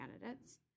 candidates